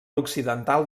occidental